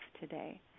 today